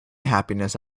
happiness